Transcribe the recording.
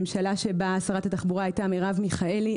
שבה שרת התחבורה הייתה מרב מיכאלי,